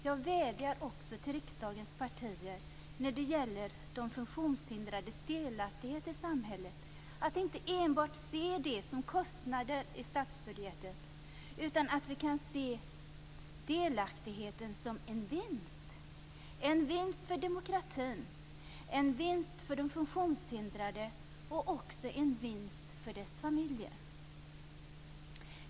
Jag vädjar till riksdagens partier att inte se de funktionshindrades delaktighet i samhället som enbart kostnader i statsbudgeten utan som en vinst - en vinst för demokratin, en vinst för de funktionshindrade och också en vinst för deras familjer.